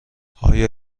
آیا